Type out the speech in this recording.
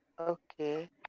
okay